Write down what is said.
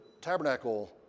tabernacle